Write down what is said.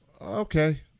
Okay